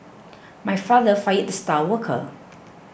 my father fired the star worker